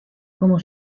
como